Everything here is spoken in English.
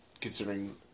considering